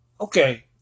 okay